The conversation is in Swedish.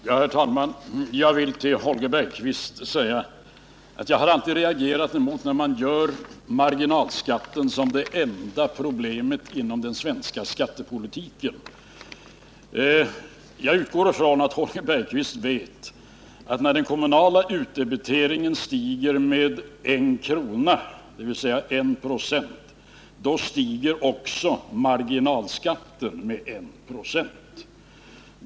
Herr talman! Jag vill till Holger Bergqvist säga, att jag alltid har reagerat mot att man gör marginalskatten till det enda problemet inom den svenska skattepolitiken. Jag utgår från att Holger Bergqvist vet att när den kommunala utdebiteringen stiger med 1 kr., dvs. 1 96, stiger också marginalskatten med 1 26.